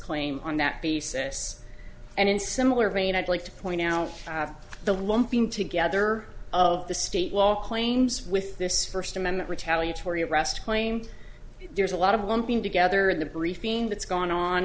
claim on that basis and in similar vein i'd like to point out the lumping together of the state while claims with this first amendment retaliatory arrest claim there's a lot of lumping together the briefing that's gone on